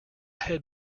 had